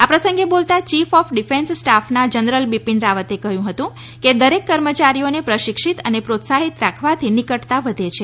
આ પ્રસંગે બોલતાં chief of defence staff general Bipin રાવતે કહ્યું હતું કે દરેક કર્મચારીઓને પ્રશિક્ષિત અને પ્રોત્સાહિત રાખવાથી નિકટતા વધે છે